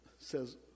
says